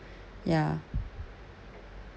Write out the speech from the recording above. ya